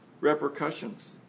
repercussions